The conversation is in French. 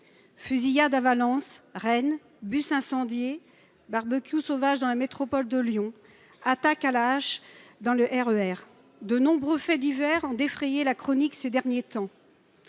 Fusillades à Valence et à Rennes, bus incendiés, barbecue sauvage dans la métropole de Lyon, attaque à la hache dans le RER : de nombreux faits divers ont défrayé la chronique ces derniers temps.